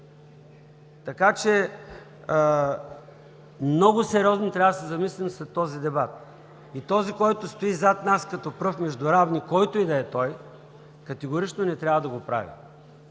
Така че много сериозно трябва да се замислим след този дебат и този, който стои зад нас като пръв между равни, който и да е той, категорично не трябва да го прави.